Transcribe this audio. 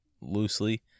loosely